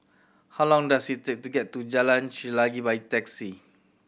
how long does it take to get to Jalan Chelagi by taxi